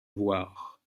voir